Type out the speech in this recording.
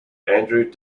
andrew